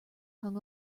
hung